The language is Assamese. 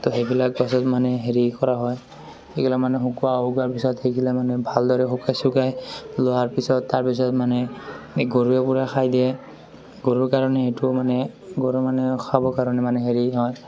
তো সেইবিলাক গছত মানে হেৰি কৰা হয় সেইগিলা মানে শুকাওঁ শুকোৱা পিছত সেইগিলা মানে ভালদৰে শুকাই চুকাই লোৱাৰ পিছত তাৰপিছত মানে এই গৰুৱে পুৰা খাই দিয়ে গৰুৰ কাৰণে সেইটো মানে গৰু মানে খাব কাৰণে মানে হেৰি হয়